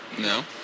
No